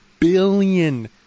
billion